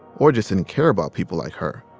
or just didn't care about people like her.